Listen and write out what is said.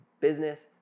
Business